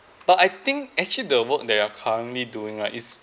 but I think actually the work that you are currently doing right is